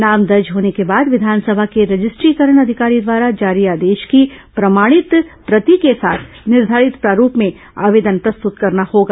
नाम दर्ज होने के बाद विधानसभा के रजिस्ट्रीकरण अधिकारी द्वारा जारी आदेश की प्रमाणित प्रति के साथ निर्घारित प्रारूप में आवेदन प्रस्तुत करना होगा